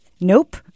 Nope